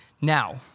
Now